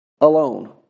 alone